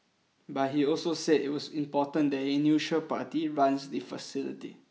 but he also said it was important that a neutral party runs the facility